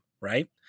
right